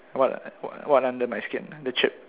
what what what under my skin the chip